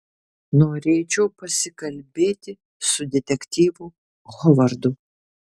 norėčiau pasikalbėti su detektyvu hovardu